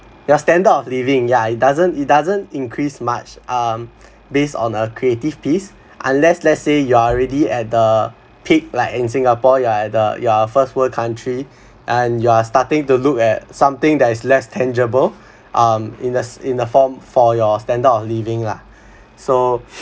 your standard of living yeah it doesn't it doesn't increase much um based on a creative piece unless let's say you are already at the peak like in singapore you are at the you are first world country and you are starting to look at something that is less tangible um in a in a form for your standard of living lah so